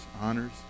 honors